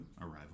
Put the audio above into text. Arrival